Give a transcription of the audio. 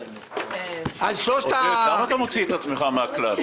רשימה של גופים וכמה כסף כל גוף מקבל.